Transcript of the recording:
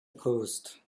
post